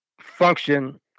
function